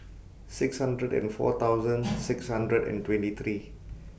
six hundred and four thousand six hundred and twenty three